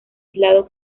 aislado